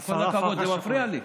עם כל הכבוד, זה מפריע לי.